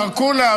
זרקו לאוויר,